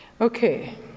Okay